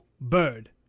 bird